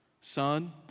Son